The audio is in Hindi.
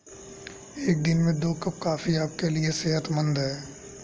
एक दिन में दो कप कॉफी आपके लिए सेहतमंद है